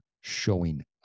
showing